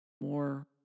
more